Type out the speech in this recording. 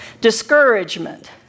Discouragement